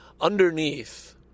Underneath